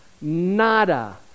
nada